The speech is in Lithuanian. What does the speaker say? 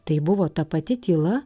tai buvo ta pati tyla